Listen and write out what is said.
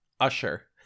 Usher